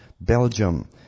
Belgium